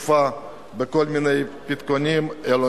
עטוף בכל מיני פתקאות, עלונים.